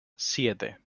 siete